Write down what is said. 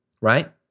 right